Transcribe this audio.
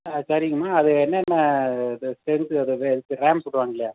ஆ சரிங்கம்மா அது என்னென்ன இது ஸ்னென்த் ரேம் சொல்லுவாங்கள்லே